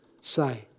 say